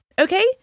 okay